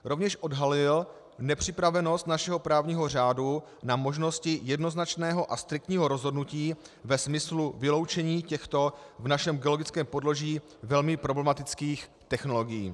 Rovněž odhalily nepřipravenost našeho právního řádu na možnosti jednoznačného a striktního rozhodnutí ve smyslu vyloučení těchto v našem geologickém podloží velmi problematických technologií.